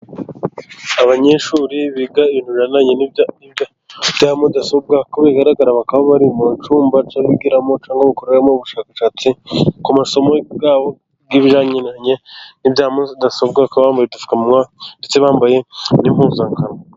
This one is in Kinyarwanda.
Abanyeshuri biga ibintu bijyaniranye n' ibya mudasobwa. Ku bigaragara bakaba bari mu cyumba bigiramo cyangwa cyo gukoreramo ubushakashatsi ku masomo yabo y'ibijyaniranye n'ibya mudasobwa. Bakaba bambaye udupfukamunwa ndetse bambaye n'impuzankano.